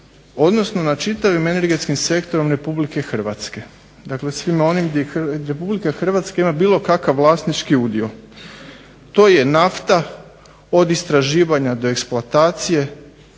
odnosno nad čitavim energetskim sektorom Republike Hrvatske. Dakle, svima onim gdje Republika Hrvatska ima bilo kakav vlasnički udio. To je nafta od istraživanja do eksploatacije,